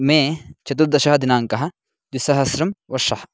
मे चतुर्दशः दिनाङ्कः द्विसहस्रवर्षः